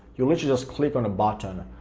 you literally just click on a button.